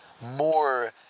more